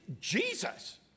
Jesus